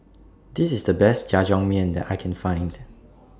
This IS The Best Jajangmyeon that I Can Find